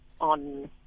on